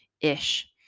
ish